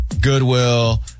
Goodwill